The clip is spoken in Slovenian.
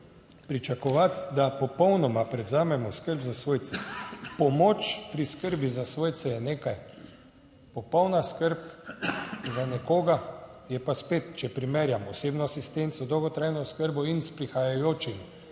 pričakovati, da popolnoma prevzamemo skrb za svojce. Pomoč pri skrbi za svojce je nekaj popolna skrb za nekoga je pa spet, če primerjamo osebno asistenco, dolgotrajno oskrbo in s prihajajočim